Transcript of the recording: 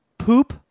Poop